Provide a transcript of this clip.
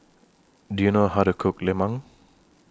Do YOU know How to Cook Lemang